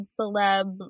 celeb